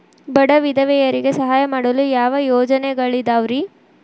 ಬಡ ವಿಧವೆಯರಿಗೆ ಸಹಾಯ ಮಾಡಲು ಯಾವ ಯೋಜನೆಗಳಿದಾವ್ರಿ?